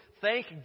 thank